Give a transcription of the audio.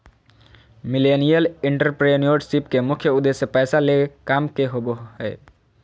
millennial entrepreneurship के मुख्य उद्देश्य पैसा ले काम करे के होबो हय